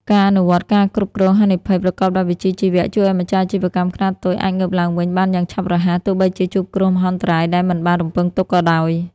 ការអនុវត្ត ការគ្រប់គ្រងហានិភ័យ ប្រកបដោយវិជ្ជាជីវៈ ជួយឱ្យម្ចាស់អាជីវកម្មខ្នាតតូចអាចងើបឡើងវិញបានយ៉ាងឆាប់រហ័ស ទោះបីជាជួបគ្រោះមហន្តរាយដែលមិនបានរំពឹងទុកក៏ដោយ។